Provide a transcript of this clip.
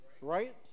right